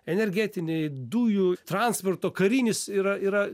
energetiniai dujų transporto karinis yra yra